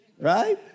right